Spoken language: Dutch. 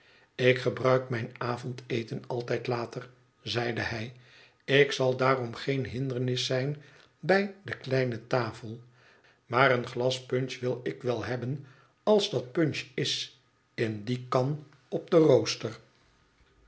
ilk gebruik mijn avondeten altijd later zeide hij ik zal daarom geen hindernis zijn bij de kleine tafel maar een glas punch wil ik wel hebben als dat punch is in die kan op den rooster